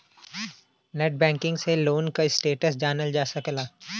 net banking से loan क status जानल जा सकला